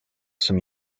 some